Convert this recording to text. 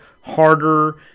harder